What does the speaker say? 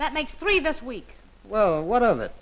that makes three this week well what of it